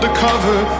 Undercover